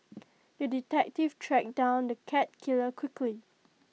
the detective tracked down the cat killer quickly